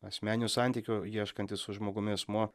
asmeninių santykių ieškantis su žmogumi asmuo